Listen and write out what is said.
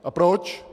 A proč?